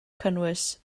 cynnwys